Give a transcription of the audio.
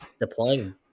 Deploying